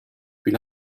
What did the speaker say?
puis